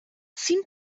seemed